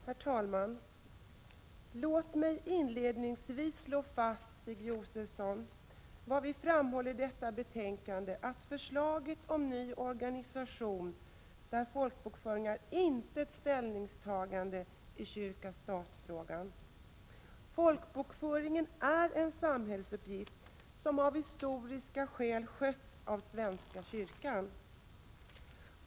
Herr talman! Låt mig inledningsvis slå fast, Stig Josefson, vad vi framhåller i betänkandet, nämligen att förslaget om ny organisation för folkbokföringen inte är ett ställningstagande i kyrka-stat-frågan. Folkbokföringen är en samhällsuppgift som av historiska skäl sköts av svenska kyrkan.